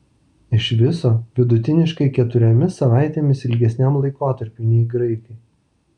iš viso vidutiniškai keturiomis savaitėmis ilgesniam laikotarpiui nei graikai